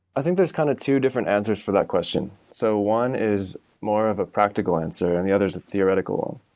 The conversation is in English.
i think there's kind of two different answers for that question. so one is more of a practical answer, and the other is a theoretical